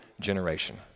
generation